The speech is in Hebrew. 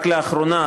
רק לאחרונה,